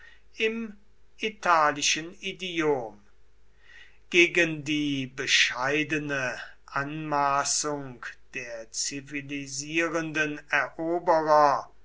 im italischen idiom gegen die bescheidene anmaßung der zivilisierenden eroberer